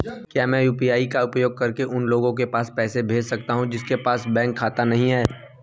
क्या मैं यू.पी.आई का उपयोग करके उन लोगों के पास पैसे भेज सकती हूँ जिनके पास बैंक खाता नहीं है?